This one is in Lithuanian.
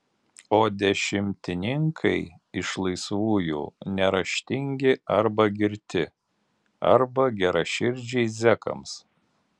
o dešimtininkai iš laisvųjų neraštingi arba girti arba geraširdžiai zekams